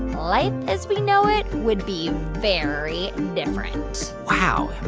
life as we know it would be very different wow.